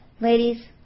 Ladies